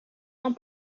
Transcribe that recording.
não